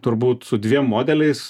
turbūt su dviem modeliais